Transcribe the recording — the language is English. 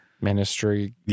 Ministry